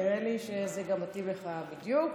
נראה לי שזה מתאים לך בדיוק.